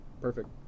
Perfect